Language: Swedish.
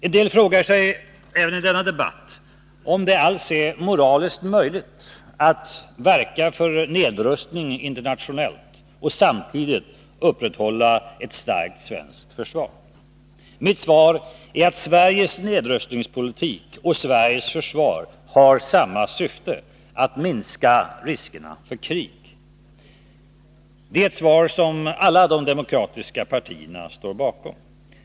En del frågar sig, även i denna debatt, om det är moraliskt möjligt att verka för en nedrustning internationellt och samtidigt upprätthålla ett starkt svenskt försvar. Mitt svar är att Sveriges nedrustningspolitik och Sveriges försvar har samma syfte: att minska riskerna för krig. Det är ett svar som alla de demokratiska partierna står bakom.